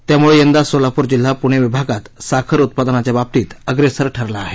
त्यामुळे यंदा सोलापूर जिल्हा पूणे विभागात साखर उत्पादनाच्या बाबतीत अग्रेसर ठरला आहे